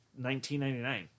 $19.99